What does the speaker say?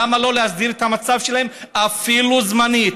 למה לא להסדיר את המצב שלהם אפילו זמנית,